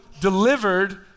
delivered